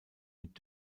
mit